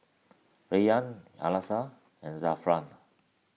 Rayyan Alyssa and Zafran